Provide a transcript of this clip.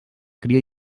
cria